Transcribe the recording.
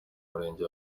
murenge